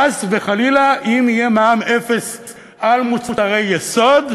חס וחלילה, אם יהיה מע"מ אפס על מוצרי יסוד,